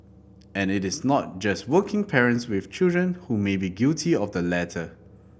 and it is not just working parents with children who may be guilty of the latter